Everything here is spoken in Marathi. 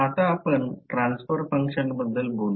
आता आपण ट्रान्सफर फंक्शन बद्दल बोलू